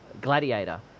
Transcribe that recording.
Gladiator